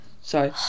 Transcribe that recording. Sorry